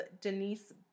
Denise